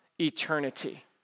eternity